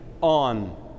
on